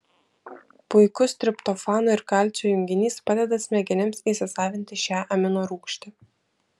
puikus triptofano ir kalcio junginys padeda smegenims įsisavinti šią aminorūgštį